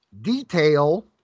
detail